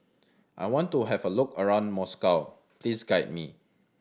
I want to have a look around Moscow please guide me